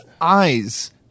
eyes